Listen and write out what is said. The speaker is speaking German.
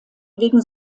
wegen